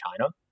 China